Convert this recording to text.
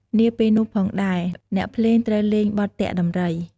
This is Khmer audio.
នាពេលនោះផងដែរ អ្នកភ្លេងត្រូវលេង បទទាក់ដំរី។